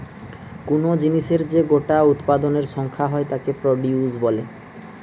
কুনো জিনিসের যে গোটা উৎপাদনের সংখ্যা হয় তাকে প্রডিউস বলে